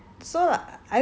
oh that